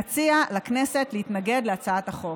אציע לכנסת להתנגד להצעת החוק.